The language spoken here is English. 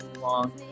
long